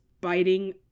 biting